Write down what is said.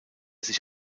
sich